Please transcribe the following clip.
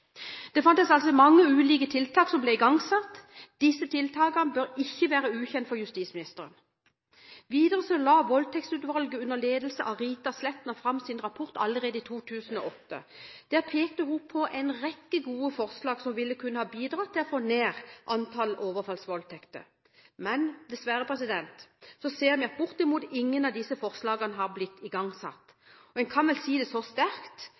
Det fantes altså mange ulike tiltak som ble igangsatt. Disse tiltakene bør ikke være ukjente for justisministeren. Videre la Voldtektstutvalget, under ledelse av Rita Sletner, fram sin rapport allerede i 2008. Der pekte hun på en rekke gode forslag som ville kunne bidratt til å få ned antall overfallsvoldtekter, men dessverre ser vi at bortimot ingen av disse forslagene er blitt igangsatt. En kan vel si det så sterkt